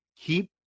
keep